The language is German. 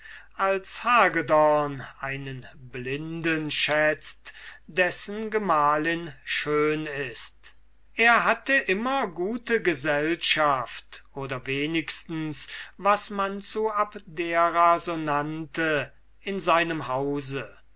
als hagedorn einen blinden schätzt dessen gemahlin schön ist er hatte immer gute gesellschaft oder wenigstens was man zu abdera so nannte in seinem hause